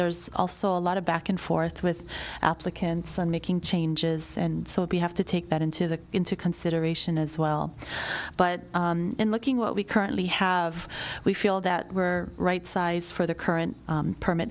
there's also a lot of back and forth with applicants and making changes and so we have to take that into the into consideration as well but in looking what we currently have we feel that we are right size for the current permit